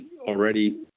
already